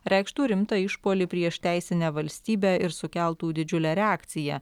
reikštų rimtą išpuolį prieš teisinę valstybę ir sukeltų didžiulę reakciją